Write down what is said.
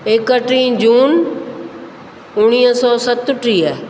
एकटीह जून उणिवीह सौ सतटीह